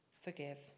forgive